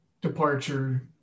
departure